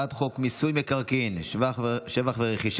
הצעת חוק מיסוי מקרקעין (שבח ורכישה)